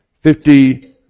fifty